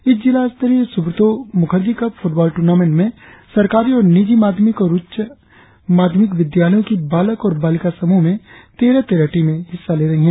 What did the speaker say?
इस जिला स्तरीय Subroto Mukherjee cup football tournament में सरकारी और निजी माध्यमिक और उच्च माध्यमिक विद्यालयो की बालक और बालिका समूह में तेरह तेरह टीमें हिस्सा ले रही है